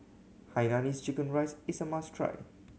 hainanese chicken rice is a must try